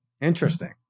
Interesting